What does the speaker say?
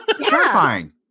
terrifying